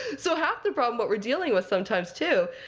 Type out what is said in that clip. so half the problem what we're dealing with sometimes, too,